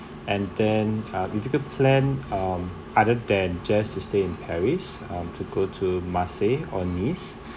and then uh if you could plan um other than just to stay in paris um to go to must say or nice